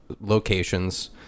locations